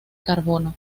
carbono